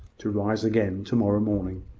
to rise again to-morrow morning.